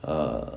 err